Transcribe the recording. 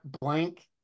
blank